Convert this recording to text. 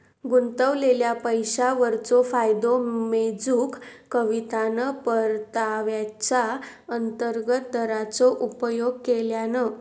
गुंतवलेल्या पैशावरचो फायदो मेजूक कवितान परताव्याचा अंतर्गत दराचो उपयोग केल्यान